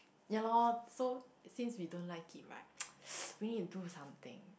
ya lor so since we don't it right we need to do something